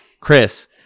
Chris